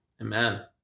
Amen